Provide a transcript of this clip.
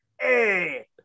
hey